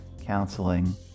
counseling